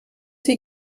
sie